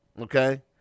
Okay